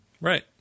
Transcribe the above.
Right